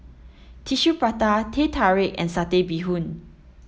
Tissue Prata Teh Tarik and satay bee hoon